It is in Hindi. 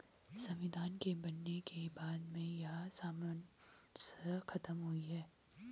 संविधान के बनने के बाद में यह समस्या खत्म हुई है